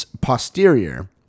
posterior